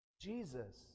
Jesus